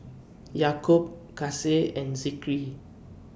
Yaakob Kasih and Zikri